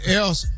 else